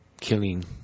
killing